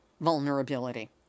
vulnerability